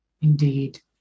indeed